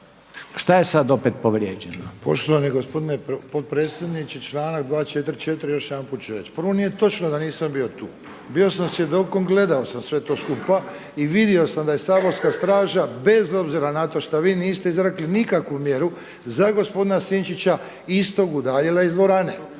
Šta je sada opet povrijeđeno?